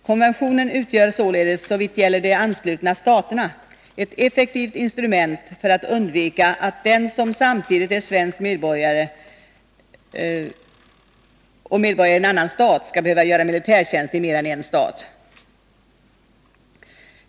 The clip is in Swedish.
Konventionen utgör således, såvitt gäller de anslutna staterna, ett effektivt instrument för att undvika att den som samtidigt är svensk medborgare och medborgare i annan stat skall behöva göra militärtjänst i mer än en stat.